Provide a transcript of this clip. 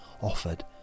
offered